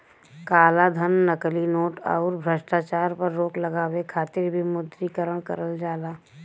कालाधन, नकली नोट, आउर भ्रष्टाचार पर रोक लगावे खातिर विमुद्रीकरण करल जाला